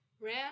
ran